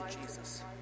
Jesus